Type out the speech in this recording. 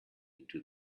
into